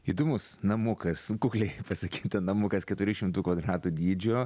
įdomus namukas kukliai pasakyta namukas keturių šimtų kvadratų dydžio